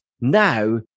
now